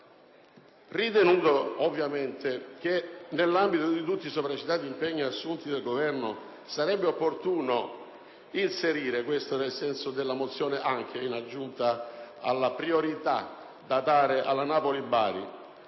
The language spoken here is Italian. Ritenuto che nell'ambito di tutti i sopra citati impegni assunti dal Governo sarebbe opportuno inserire (ed è questo il senso della mozione, anche in aggiunta alla priorità da dare alla linea Napoli-Bari)